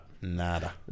Nada